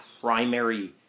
primary